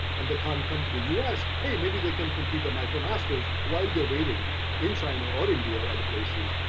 and they can't come to the us, hey maybe they can complete the micromasters, while they're waiting in china or india or other places,